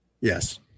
yes